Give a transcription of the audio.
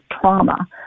trauma